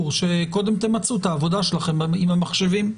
שקודם תמצו את העבודה שלכם עם המחשבים.